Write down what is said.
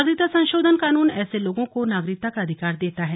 नागरिकता संशोधन कानून ऐसे लोगों को नागरिकता का अधिकार देता है